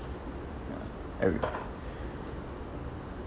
ya eric